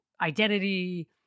identity